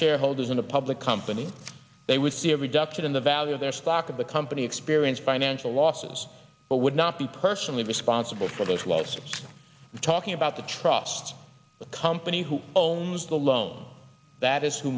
shareholders in a public company they would see a reduction in the value of their stock of the company experienced financial losses but would not be personally responsible for this was talking about the trusts the company who owns the loan that is who